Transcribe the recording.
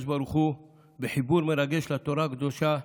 ברוך הוא בחיבור מרגש לתורה הקדושה,